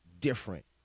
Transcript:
different